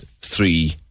three